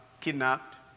kidnapped